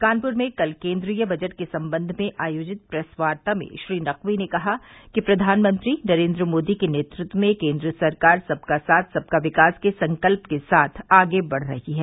कानपुर में कल केंद्रीय बजट के सम्बंध में आयोजित प्रेस वार्ता में श्री नकवी ने कहा कि प्रधानमंत्री नरेंद्र मोदी के नेतत्व में केंद्र सरकार सबका साथ सबका विकास के संकल्प के साथ आगे बढ रही है